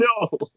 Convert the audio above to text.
No